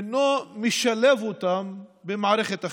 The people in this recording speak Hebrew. אינו משלב אותם במערכת החינוך.